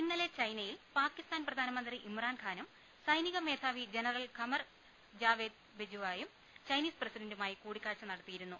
ഇന്നലെ ചൈന യിൽ പാക്കി സ്ഥാൻ പ്രധാ ന മന്ത്രി ഇമ്രാൻഖാനും സൈനിക മേധാവി ജനറൽ ഖമർ ജാവേദ് ബെജു വായും ചൈനീസ് പ്രസിഡണ്ടുമായി കൂടിക്കാഴ്ച നടത്തിയിരു ന്നു